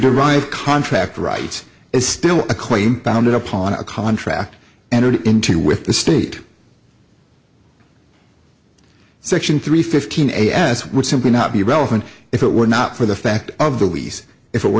right contract rights is still a claim founded upon a contract entered into with the state section three fifteen a as would simply not be relevant if it were not for the fact of the lease if it were